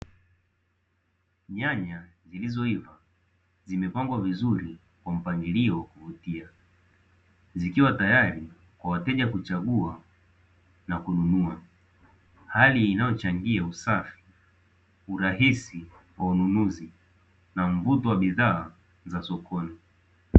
Nyanya zilizoiva zimepangwa vizuri kwa mpangilio wa kuvutia, zikiwa tayari kwa wateja kuchagua na kununua, hali inayochangia usafi, urahisi wa ununuzi na mvuto wa bidhaa za sokoni.